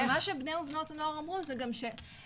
מה שבני ובנות הנוער אמרו, זה גם ש --- איך?